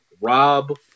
rob